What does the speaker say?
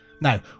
Now